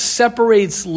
separates